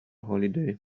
holiday